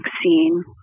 vaccine